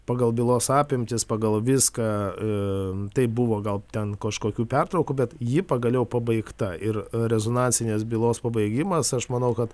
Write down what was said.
pagal bylos apimtis pagal viską taip buvo gal ten kažkokių pertraukų bet ji pagaliau pabaigta ir rezonansinės bylos pabaigimas aš manau kad